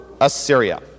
Assyria